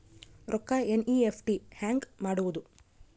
ರೊಕ್ಕ ಎನ್.ಇ.ಎಫ್.ಟಿ ಹ್ಯಾಂಗ್ ಮಾಡುವುದು?